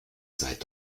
seid